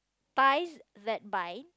ties that bind